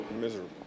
Miserable